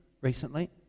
recently